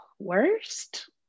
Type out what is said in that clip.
Worst